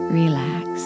relax